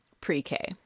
pre-K